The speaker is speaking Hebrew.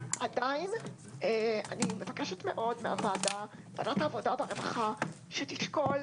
עדיין אני מבקשת מאוד מוועדת העבודה והרווחה שתשקול